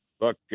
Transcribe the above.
Look